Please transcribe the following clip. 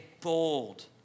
bold